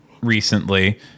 recently